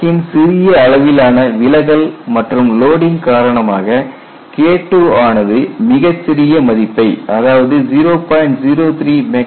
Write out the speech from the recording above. கிராக்கின் சிறிய அளவிலான விலகல் மற்றும் லோடிங் காரணமாக KII ஆனது மிகச்சிறிய மதிப்பை அதாவது 0